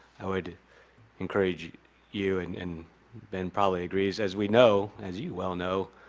i would encourage you and and ben probably agrees as we know as you all know.